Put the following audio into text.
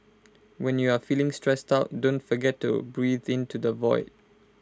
when you are feeling stressed out don't forget to breathe into the void